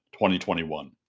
2021